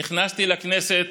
נכנסתי לכנסת